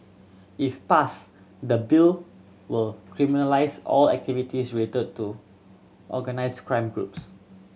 if passed the Bill will criminalise all activities related to organised crime groups